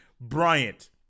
Bryant